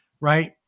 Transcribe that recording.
right